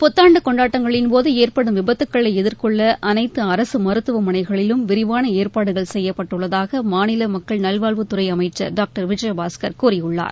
புத்தாண்டு கொண்டாட்டங்களின்போது ஏற்படும் விபத்துக்களை எதிர்கொள்ள அனைத்து அரசு மருத்துவமனைகளிலும் விரிவான ஏற்பாடுகள் செய்யப்பட்டுள்ளதாக மாநில மக்கள் நல்வாழ்வுத்துறை அமைச்சர் டாக்டர் விஜயபாஸ்கர் கூறியுள்ளார்